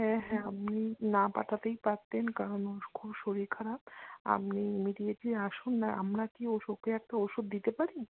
হ্যাঁ হ্যাঁ আপনি না পাঠাতেই পারতেন কারণ ওর খুব শরীর খারাপ আপনি ইমিডিয়েটলি আসুন আর আমরা কি ওকে একটা ওষুধ দিতে পারি